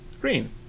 Green